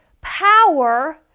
power